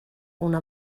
una